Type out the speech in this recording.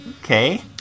Okay